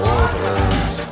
orders